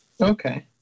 okay